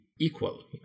equal